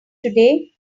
today